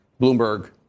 Bloomberg